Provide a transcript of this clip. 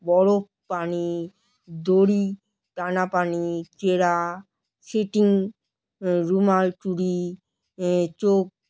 বরফ পানি দড়ি টানা পানি চেরা সিটিং রুমাল চুরি চোখ